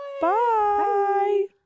Bye